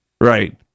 right